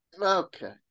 Okay